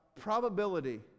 probability